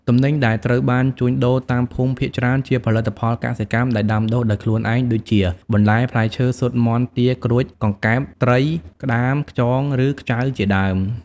ទំនិញដែលត្រូវបានជួញដូរតាមភូមិភាគច្រើនជាផលិតផលកសិកម្មដែលដាំដុះដោយខ្លួនឯង ដូចជា បន្លែ ផ្លែឈើ ស៊ុត មាន់ ទា ក្រួច កង្កែប ត្រី ក្តាម ខ្យងឬ ខ្ចៅជាដើម។